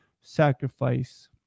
sacrifice